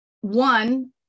one